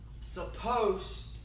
supposed